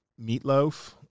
meatloaf